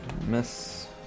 Miss